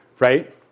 right